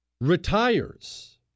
retires